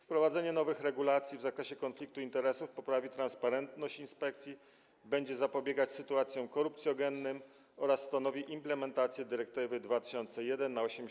Wprowadzenie nowych regulacji w zakresie konfliktu interesów poprawi transparentność inspekcji, będzie zapobiegać sytuacjom korupcjogennym, a stanowi też implementację dyrektywy 2001/83/WE.